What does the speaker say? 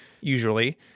usually